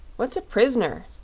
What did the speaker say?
what's a pris'ner?